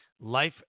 Life